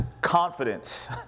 confidence